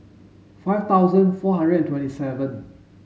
five thousand four hundred and twenty seven